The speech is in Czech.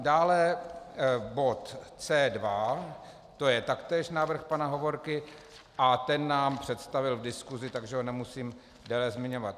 Dále bod C2, to je taktéž návrh pana Hovorky, a ten nám představil v diskusi, takže ho nemusím déle zmiňovat.